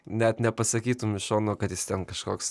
net nepasakytum iš šono kad jis ten kažkoks